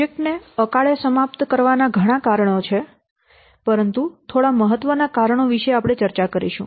project ને અકાળે સમાપ્ત કરવાના ઘણાં કારણો છે પરંતુ થોડા મહત્વના કારણો વિષે આપણે ચર્ચા કરીશું